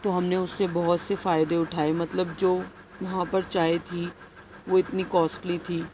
تو ہم نے اس سے بہت سے فائدے اٹھائے مطلب جو وہاں پر چائے تھی وہ اتنی کاسٹلی تھی